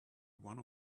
one